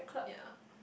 ya